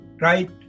right